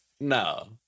no